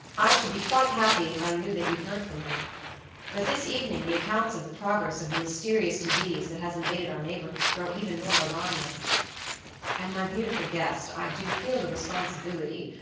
i should be quite happy if i knew that you heard from her but this evening the accounts of the progress of the mysterious disease that has invaded our neighborhood, grow even more alarming and my beautiful guest, i do feel the responsibility,